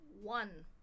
one